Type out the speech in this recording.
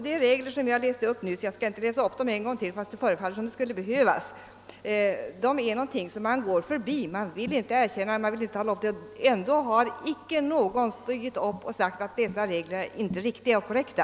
De regler jag nyss läste upp — jag skall inte läsa upp dem igen, även om det förefaller som det skulle behövas — är någonting som man går förbi; ingen har stigit upp och sagt att dessa regler inte är riktiga och korrekta.